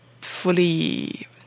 fully